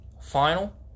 final